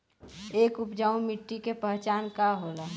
एक उपजाऊ मिट्टी के पहचान का होला?